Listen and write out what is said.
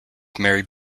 married